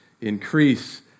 increase